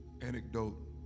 anecdote